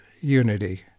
unity